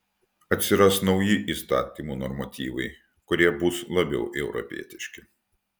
atsiras nauji įstatymų normatyvai kurie bus labiau europietiški